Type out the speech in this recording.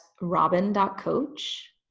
robin.coach